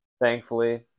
thankfully